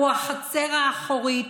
הוא החצר האחורית,